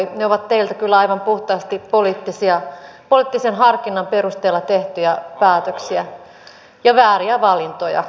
ne ovat teiltä kyllä aivan puhtaasti poliittisen harkinnan perusteella tehtyjä päätöksiä ja vääriä valintoja